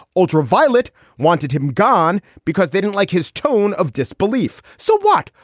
ultra violet wanted him gone because they didn't like his tone of disbelief. so what?